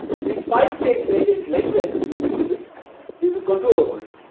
so, each pipe stage may get lengthened a little bit due to control over it,